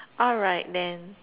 alright then